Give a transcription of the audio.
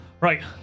Right